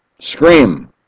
Scream